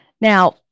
Now